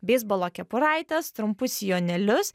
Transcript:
beisbolo kepuraites trumpus sijonelius